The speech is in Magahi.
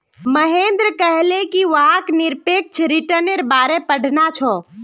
महेंद्र कहले कि वहाक् निरपेक्ष रिटर्न्नेर बारे पढ़ना छ